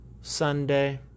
Sunday